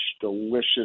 delicious